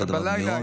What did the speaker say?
אותו דבר במירון.